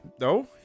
No